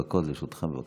שלוש דקות לרשותך, בבקשה.